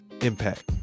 impact